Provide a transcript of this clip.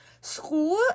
school